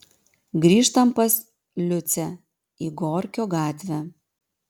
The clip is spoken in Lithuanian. grįžtam pas liucę į gorkio gatvę